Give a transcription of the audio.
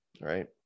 right